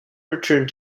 returned